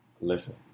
listen